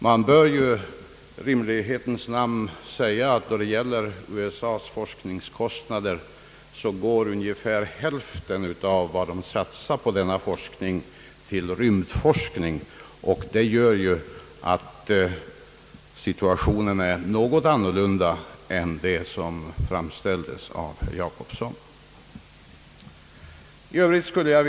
Man bör dock i rimlighetens namn säga, att av USA:s forskningskostnader går ungefär hälften till rymdforskning och det gör att situationen är något annorlunda än vad som framgick av herr Jacobssons framställning.